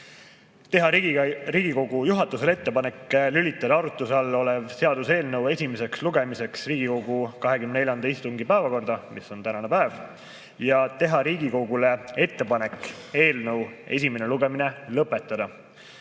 teha Riigikogu juhatusele ettepaneku lülitada arutluse all olev seaduseelnõu esimeseks lugemiseks Riigikogu 24. mai istungi päevakorda, mis on tänane päev, ja teha Riigikogule ettepaneku eelnõu esimene lugemine lõpetada.